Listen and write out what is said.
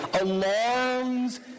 alarms